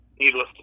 needless